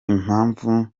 impamvu